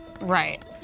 Right